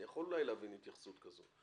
אני יכול אולי להבין התייחסות כזאת,